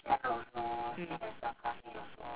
mm